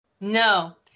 No